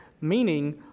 meaning